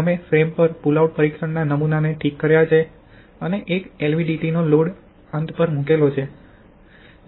હવે અમે ફ્રેમ પર પુલ આઉટ પરીક્ષણના નમૂનાને ઠીક કર્યા છે અને એક LVDT નો લોડ અંતપર મુકેલો છે